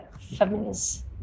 feminist